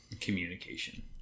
communication